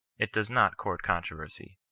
it does not court controversy,